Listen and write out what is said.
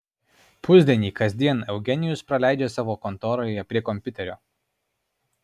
pusdienį kasdien eugenijus praleidžia savo kontoroje prie kompiuterio